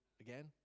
again